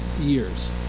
years